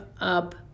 up